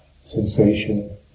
sensation